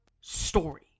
story